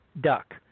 duck